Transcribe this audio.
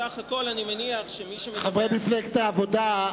חברי מפלגת העבודה,